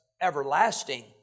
everlasting